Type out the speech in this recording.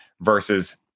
versus